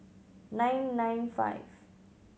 nine nine five